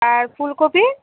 আর ফুলকপি